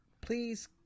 Please